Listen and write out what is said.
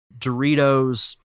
Doritos